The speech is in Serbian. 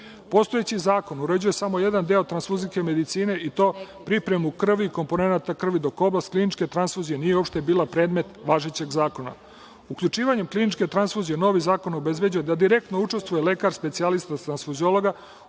krvi. Postojeći zakon uređuje samo jedan deo tranfuzijske medicine i to pripremu krvi i komponenata krvi, dok oblast kliničke tranfuzije uopšte nije bio predmet važećeg zakona. Uključivanje kliničke tranfuzije u novi zakon obezbeđuje da direktno učestvuje lekar specijalista tranfuziolog